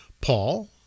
Paul